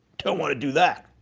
don't want to do that,